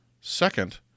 Second